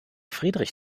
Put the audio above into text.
friedrich